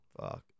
Fuck